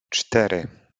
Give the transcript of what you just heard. cztery